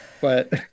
but-